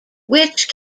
which